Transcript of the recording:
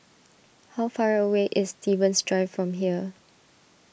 how far away is Stevens Drive from here